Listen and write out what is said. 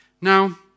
Now